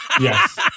yes